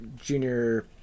junior